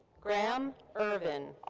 graham ervin.